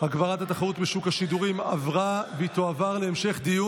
הגברת התחרות בשוק השידורים (תיקוני חקיקה) התשפ"ג 2023,